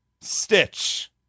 Stitch